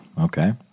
okay